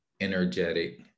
energetic